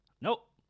nope